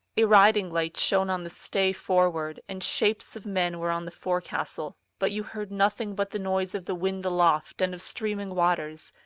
a riding-light shone on the stay forward, and shapes of men were on the forecastle, but you heard nothing but the noise of the wind aloft and of streaming waters,